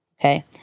Okay